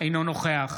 אינו נוכח